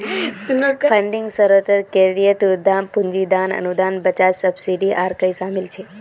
funding स्रोतोत credit, उद्दाम पूंजी, दान, अनुदान, बचत, सब्सिडी आर कर शामिल छे